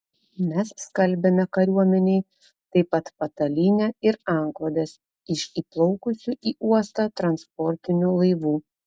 mes skalbiame kariuomenei taip pat patalynę ir antklodes iš įplaukusių į uostą transportinių laivų